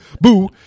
Boo